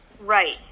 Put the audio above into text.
Right